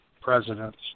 presidents